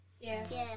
Yes